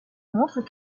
montrent